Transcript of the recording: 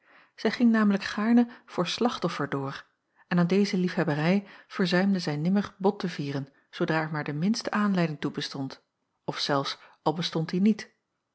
zij ging namelijk gaarne voor slachtoffer door en aan deze liefhebberij verzuimde zij nimmer bot te vieren zoodra er maar de minste aanleiding toe bestond of zelfs al bestond die niet